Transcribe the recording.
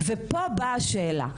ופה באה השאלה,